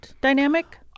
dynamic